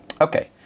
Okay